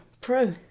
pro